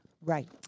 Right